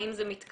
האם זה מתקיים?